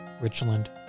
Richland